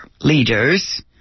leaders